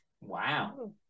Wow